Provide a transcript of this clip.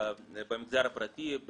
במגזר הפרטי,